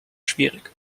schwierig